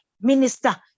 minister